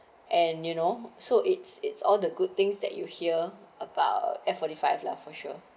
and you know so it's it's all the good things that you hear about F forty five lah for sure